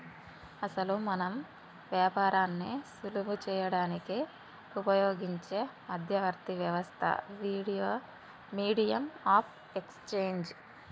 అసలు మనం వ్యాపారాన్ని సులువు చేయడానికి ఉపయోగించే మధ్యవర్తి వ్యవస్థ మీడియం ఆఫ్ ఎక్స్చేంజ్